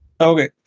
Okay